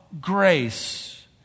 grace